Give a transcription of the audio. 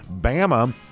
bama